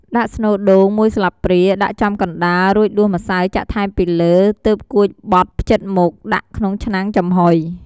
ដាក់ស្នូលដូង មួយស្លាបព្រា ដាក់ចំកណ្តាល រួចដួសម្សៅចាក់ថែមពីលើ ទើបគួចបត់ភ្ជិតមុខ ដាក់ក្នុងឆ្នាំងចំហុយ។